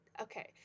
Okay